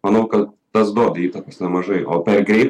manau kad tas duoda įtakos nemažai o per greit